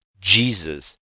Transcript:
Jesus